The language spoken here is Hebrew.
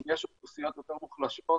אם יש אוכלוסיות יותר מוחלשות,